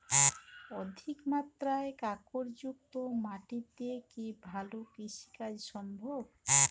অধিকমাত্রায় কাঁকরযুক্ত মাটিতে কি ভালো কৃষিকাজ সম্ভব?